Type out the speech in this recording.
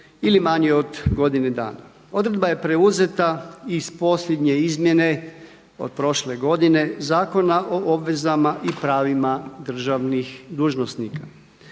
ili manje od godine dana. Odredba je preuzeta iz posljednje izmjene od prošle godine Zakona o obvezama i pravima državnih dužnosnica.